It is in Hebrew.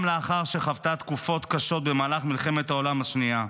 גם לאחר שחוותה תקופות קשות במהלך מלחמת העולם השנייה.